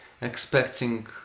expecting